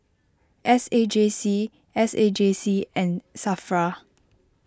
S A J C S A J C and Safra